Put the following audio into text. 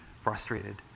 frustrated